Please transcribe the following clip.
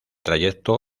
trayecto